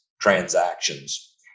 transactions